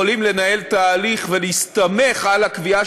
יכולות לנהל תהליך ולהסתמך על הקביעה